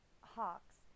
Hawks